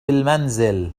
المنزل